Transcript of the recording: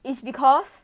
is because